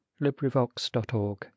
LibriVox.org